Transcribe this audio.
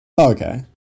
okay